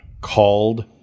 called